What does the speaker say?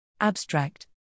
Abstract